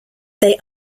they